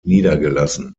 niedergelassen